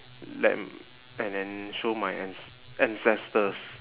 let and then show my anc~ ancestors